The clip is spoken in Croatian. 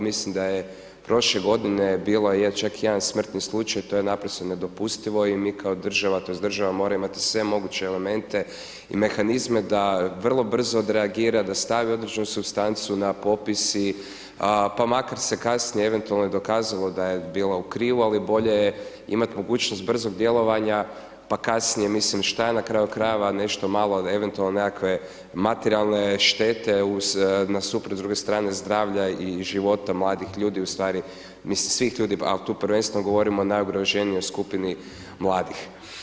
Mislim da je prošle g. bio čak jedan smrtni slučaj, to je naprosto nedopustivo i mi kao država, tj. država mora imati sve moguće elemente, mehanizme da vrlo brzo odreagira, da stavi određenu supstancu na popis i pa makar se kasnije eventualno i dokazalo da je bila u krivu ali bolje je imati mogućnost brzog djelovanja, pa kasnije mislim šta je na kraju krajeva nešto malo, eventualne nekakve materijalne štete nasuprot s druge strane zdravlja i života mladih ljudi ustvari, mislim svih ljudi, ali tu prvenstveno govorimo o najugroženijoj skupini mladih.